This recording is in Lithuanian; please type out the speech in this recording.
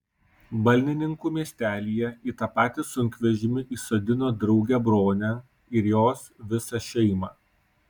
balninkų miestelyje į tą patį sunkvežimį įsodino draugę bronę ir jos visą šeimą